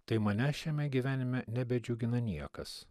tai mane šiame gyvenime nebedžiugina niekas